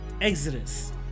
exodus